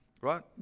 right